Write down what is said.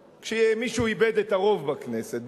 כשמישהו איבד את הרוב בכנסת,